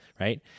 right